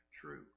true